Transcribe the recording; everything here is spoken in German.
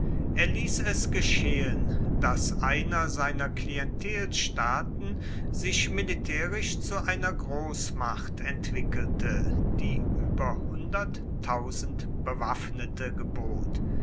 er ließ es geschehen daß einer seiner klientelstaaten sich militärisch zu einer großmacht entwickelte die über hunderttausend bewaffnete gebot